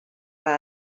per